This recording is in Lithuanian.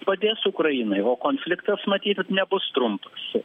padės ukrainai o konfliktas matyt nebus trumpas